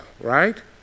right